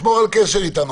מרדכי, שמור על קשר אתנו.